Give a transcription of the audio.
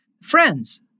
Friends